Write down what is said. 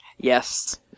yes